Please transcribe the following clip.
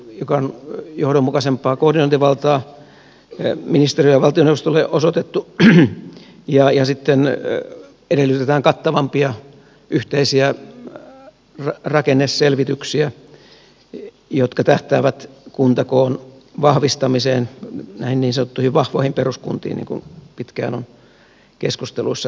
siellä on hiukan johdonmukaisempaa koordinointivaltaa ministeriölle ja valtioneuvostolle osoitettu ja sitten edellytetään kattavampia yhteisiä rakenneselvityksiä jotka tähtäävät kuntakoon vahvistamiseen näihin niin sanottuihin vahvoihin peruskuntiin niin kuin pitkään on keskusteluissa esitetty